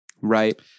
right